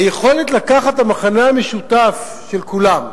היכולת לקחת את המכנה המשותף של כולם,